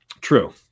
True